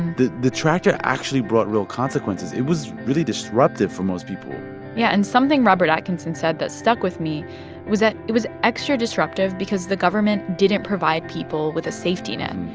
the the tractor actually brought real consequences. it was really disruptive for most people yeah. and something robert atkinson said that stuck with me was that it was extra disruptive because the government didn't provide people with a safety net,